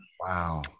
wow